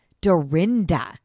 Dorinda